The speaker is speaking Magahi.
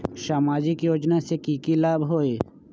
सामाजिक योजना से की की लाभ होई?